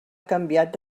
canviat